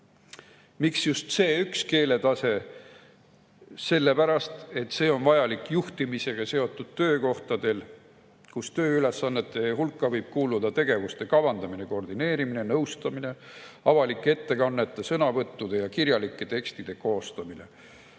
Miks just C1‑keeletase? Sellepärast, et see on vajalik juhtimisega seotud töökohtadel, kus tööülesannete hulka võib kuuluda tegevuste kavandamine ja koordineerimine, nõustamine ning avalike ettekannete, sõnavõttude ja kirjalike tekstide koostamine.